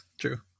true